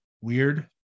weird